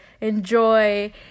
enjoy